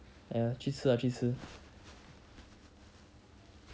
!aiya! 去吃啦去吃